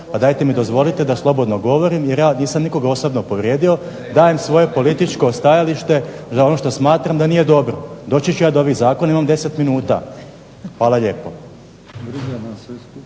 pa dajte mi dozvolite da slobodno govorim, jer ja nisam nikoga osobno povrijedio, dajem svoje političko stajalište za ono što smatram da nije dobro. Doći ću ja do ovih zakona, imam 10 minuta. Hvala lijepo.